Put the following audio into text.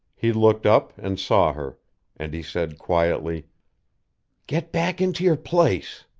he looked up and saw her and he said quietly get back into your place.